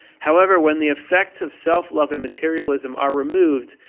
however, when the effects of self-love and materialism are removed,